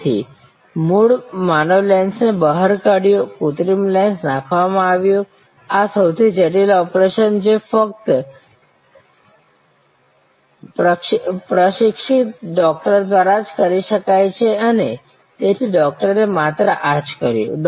તેથી મૂળ માનવ લેન્સને બહાર કાઢ્યો કૃત્રિમ લેન્સ નાખવામાં આવ્યો આ સૌથી જટિલ ઓપરેશન છે જે ફક્ત પ્રશિક્ષિત ડૉક્ટર દ્વારા જ કરી શકાય છે અને તેથી ડૉક્ટરે માત્ર આ જ કર્યું